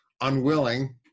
unwilling